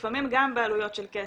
לפעמים גם בעלויות של כסף,